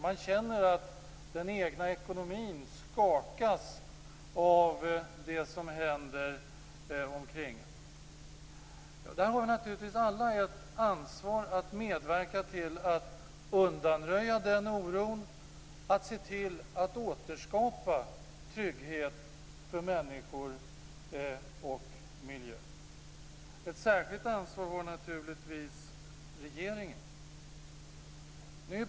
Man känner att den egna ekonomin skakas av det som händer omkring en. Vi har alla ett ansvar för att medverka till att undanröja den oron, att se till att återskapa trygghet för människor och miljö. Ett särskilt ansvar har naturligtvis regeringen.